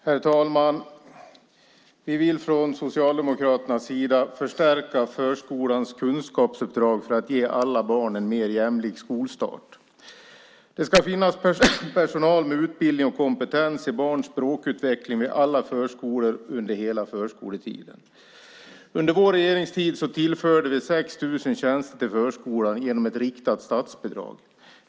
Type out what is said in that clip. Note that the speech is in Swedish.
Herr talman! Vi vill från Socialdemokraternas sida förstärka förskolans kunskapsuppdrag för att ge alla barn en mer jämlik skolstart. Det ska finnas personal med utbildning med kompetens i barns språkutveckling vid alla förskolor under hela förskoletiden. Under vår regeringstid tillförde vi 6 000 tjänster till förskolan genom ett riktat statsbidrag.